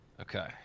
Okay